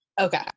Okay